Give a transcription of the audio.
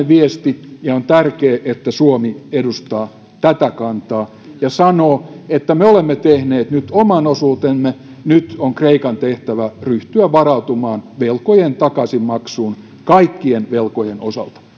viesti ja on tärkeää että suomi edustaa tätä kantaa ja sanoo että me olemme tehneet nyt oman osuutemme nyt on kreikan tehtävä ryhtyä varautumaan velkojen takaisinmaksuun kaikkien velkojen osalta